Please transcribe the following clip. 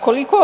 Koliko